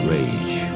Rage